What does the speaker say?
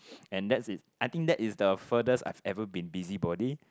and that is I think that is the furthest I've ever been busy body